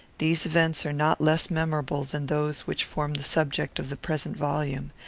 these events are not less memorable than those which form the subject of the present volume,